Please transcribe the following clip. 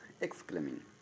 exclaiming